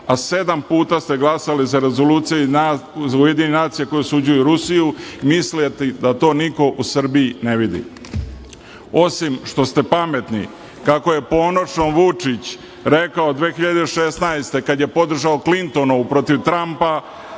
a sedam puta ste glasali za Ujedinjene nacije koje osuđuju Rusiju, misleći da to niko u Srbiji ne vidi? Osim što ste pametni, kako je ponosno Vučić rekao 2016. godine kada je podržao Klintonovu protiv Trampa,